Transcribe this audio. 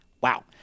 Wow